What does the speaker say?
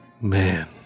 man